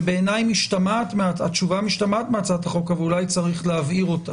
שבעיניי התשובה משתמעת מהצעת החוק אבל אולי יש להבהירה.